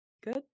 good